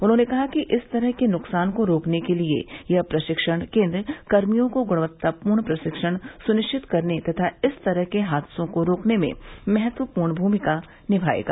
उन्होंने कहा कि इस तरह के नुकसान को रोकने के लिए यह प्रशिक्षण केंद्र कर्मियों को गुणवत्तापूर्ण प्रशिक्षण सुनिश्चित करने तथा इस तरह के हादसों को रोकने में महत्वपूर्ण भूमिका निभायेगा